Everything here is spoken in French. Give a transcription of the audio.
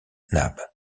nab